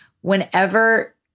whenever